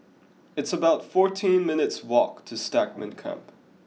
it's about fourteen minutes' walk to Stagmont Camp